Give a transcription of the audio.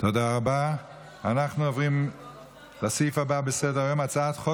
מטעם הכנסת, הצעת חוק